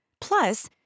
Plus